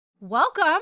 welcome